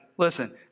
Listen